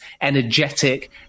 energetic